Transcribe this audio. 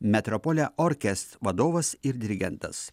metropolia orkest vadovas ir dirigentas